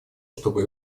чтобы